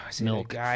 milk